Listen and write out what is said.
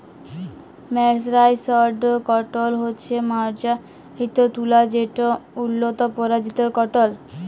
mercerised cotton হছে মাজ্জারিত তুলা যেট উল্লত পরজাতির কটল